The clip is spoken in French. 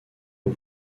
aux